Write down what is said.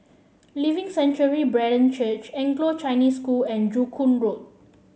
Living Sanctuary Brethren Church Anglo Chinese School and Joo Koon Road